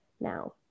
now